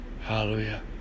Hallelujah